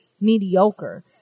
mediocre